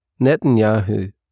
Netanyahu